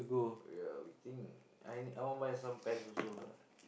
yeah we think I need I want buy some pants also lah